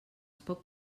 pot